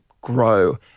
grow